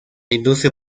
industria